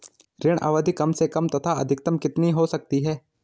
ऋण अवधि कम से कम तथा अधिकतम कितनी हो सकती है?